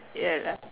ya kak